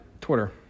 Twitter